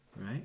right